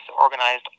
organized